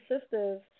sisters